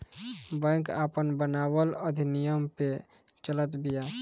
bank आपन बनावल अधिनियम पअ चलत बिया